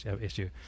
issue